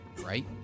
right